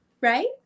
Right